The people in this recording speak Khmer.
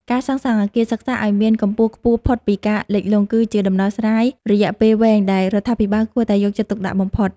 ការសាងសង់អគារសិក្សាឱ្យមានកម្ពស់ខ្ពស់ផុតពីការលិចលង់ គឺជាដំណោះស្រាយរយៈពេលវែងដែលរដ្ឋាភិបាលគួរតែយកចិត្តទុកដាក់បំផុត។